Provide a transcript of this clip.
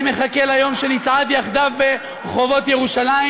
אני מחכה ליום שנצעד יחדיו ברחובות ירושלים.